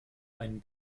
einen